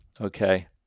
okay